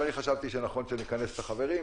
אבל אני חשבתי שנכון שנכנס את החברים,